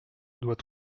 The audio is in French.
doit